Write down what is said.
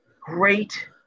great